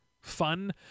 fun